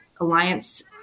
Alliance